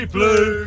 Blue